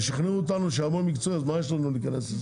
הם שכנעו אותנו שהמון מקצועי אז מה יש לנו להיכנס לזה?